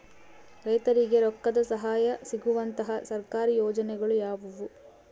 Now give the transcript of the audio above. ರೈತರಿಗೆ ರೊಕ್ಕದ ಸಹಾಯ ಸಿಗುವಂತಹ ಸರ್ಕಾರಿ ಯೋಜನೆಗಳು ಯಾವುವು?